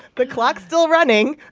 the clock's still running.